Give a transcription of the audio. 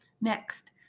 Next